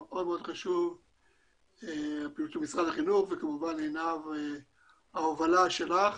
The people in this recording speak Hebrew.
הוא מאוד חשוב וכמובן עם ההובלה שלך.